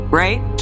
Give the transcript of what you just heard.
right